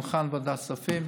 מוכן ועדת כספים.